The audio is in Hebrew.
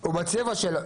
או בצבע שלו?